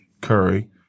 Curry